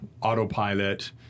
autopilot